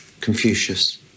Confucius